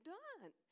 done